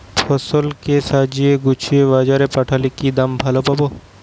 ফসল কে সাজিয়ে গুছিয়ে বাজারে পাঠালে কি দাম ভালো পাব?